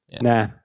Nah